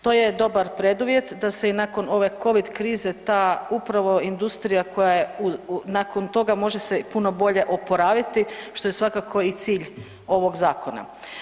To je dobar preduvjet da se i nakon ove Covid krize ta upravo industrija koja je, nakon toga, može se puno bolje oporaviti, što je svakako i cilj ovog zakona.